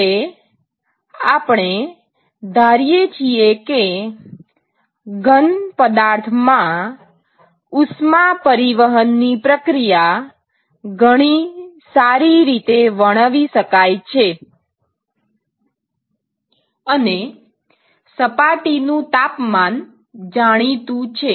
હવે આપણે ધારીએ છીએ કે ઘન પદાર્થ માં ઉષ્મા પરિવહનની પ્રક્રિયા ઘણી સારી રીતે વર્ણવી શકાય છે અને સપાટીનું તાપમાન જાણીતું છે